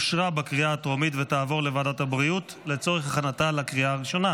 לוועדת הבריאות נתקבלה.